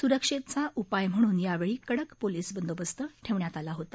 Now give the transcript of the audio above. सुरक्षेचा उपाय म्हणून यावेळी कडक पोलीस बंदोबस्त ठेवला होता